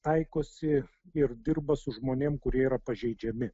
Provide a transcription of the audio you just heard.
taikosi ir dirba su žmonėm kurie yra pažeidžiami